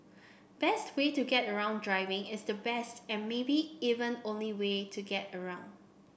best way to get around driving is the best and maybe even only way to get around